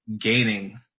gaining